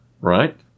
right